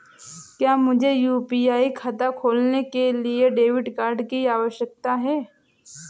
क्या मुझे यू.पी.आई खाता खोलने के लिए डेबिट कार्ड की आवश्यकता है?